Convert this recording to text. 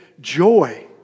Joy